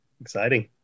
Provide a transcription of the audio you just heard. Exciting